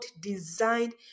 designed